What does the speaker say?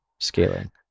scaling